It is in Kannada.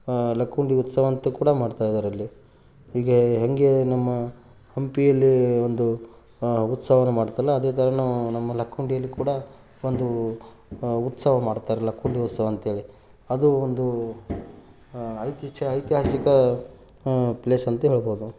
ಲಕ್ಕುಂಡಿ ಉತ್ಸವ ಅಂತ ಕೂಡ ಮಾಡ್ತಾ ಇದ್ದಾರೆ ಅಲ್ಲಿ ಈಗ ಹೇಗೆ ನಮ್ಮ ಹಂಪಿಯಲ್ಲಿ ಒಂದು ಉತ್ಸವನ ಮಾಡುತ್ತಲ್ಲ ಅದೇ ಥರ ನಾವು ನಮ್ಮ ಲಕ್ಕುಂಡಿ ಅಲ್ಲಿ ಕೂಡ ಒಂದು ಉತ್ಸವ ಮಾಡ್ತಾರೆ ಲಕ್ಕುಂಡಿ ಉತ್ಸವ ಅಂತ್ಹೇಳಿ ಅದು ಒಂದು ಐತಿಚಾ ಐತಿಹಾಸಿಕ ಪ್ಲೇಸ್ ಅಂತ ಹೇಳ್ಬೌದು